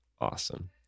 Awesome